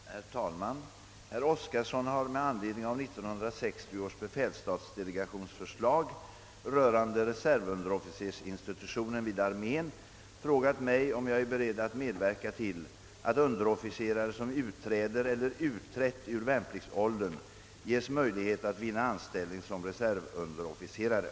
Herr talman! Herr Oskarson har med anledning av 1960 års befälsstatsdelegations förslag rörande reservunderofficersinstitutionen vid armén frågat mig, om jag är beredd att medverka till att underofficerare som utträder eller utträtt ur värnpliktsåldern ges möjlighet att vinna anställning som reservunderofficerare.